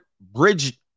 Bridge